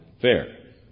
fair